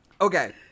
Okay